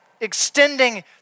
extending